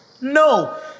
No